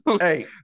hey